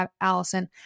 Allison